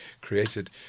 created